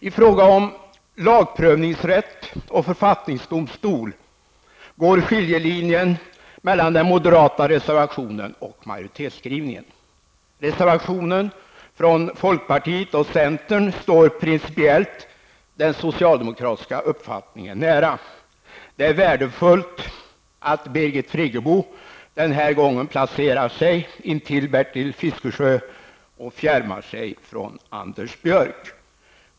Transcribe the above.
I fråga om lagprövningsrätt och författningsdomstol går skiljelinjen mellan den moderata reservationen och majoritetsskrivningen. Reservationen från folkpartiet och centern står principiellt den socialdemokratiska uppfattningen nära. Det är värdefullt att Birgit Friggebo den här gången placerar sig intill Bertil Fiskesjö och fjärmar sig från Anders Björck.